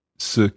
Ce